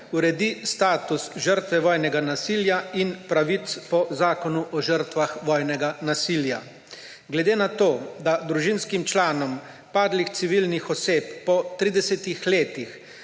uredi status žrtve vojnega nasilja in pravic po Zakonu o žrtvah vojnega nasilja. Glede na to, da družinskim članom padlih civilnih oseb po 30 letih